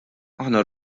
aħna